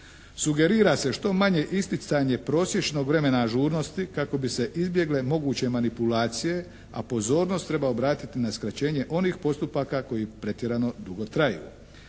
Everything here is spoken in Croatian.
Sugerira se što manje isticanje prosječnog vremena ažurnosti kako bi se izbjegle moguće manipulacije, a pozornost treba obratiti na skraćenje onih postupaka koji pretjerano dugo traju.